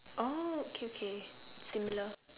oh okay K similar